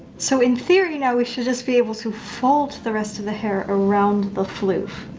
so in theory, now, we should just be able to fold the rest of the hair around the floof.